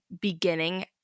beginning